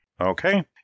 Okay